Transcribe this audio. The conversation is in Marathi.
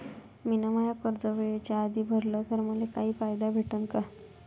मिन माय कर्ज वेळेच्या आधी भरल तर मले काही फायदा भेटन का?